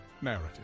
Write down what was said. Narrative